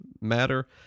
matter